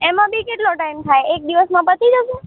એમાં બી કેટલો ટાઈમ થાય એક દિવસમાં પતી જશે